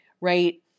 right